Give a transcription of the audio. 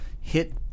hit